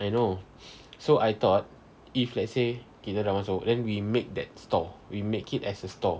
I know so I thought if let's say kita dah masuk then we make that store we make it as a store